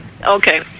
Okay